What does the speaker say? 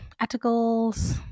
articles